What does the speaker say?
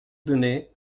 donné